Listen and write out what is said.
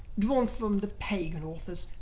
drawn from the pagan authors.